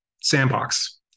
sandbox